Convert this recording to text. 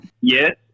Yes